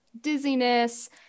dizziness